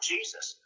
Jesus